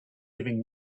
giving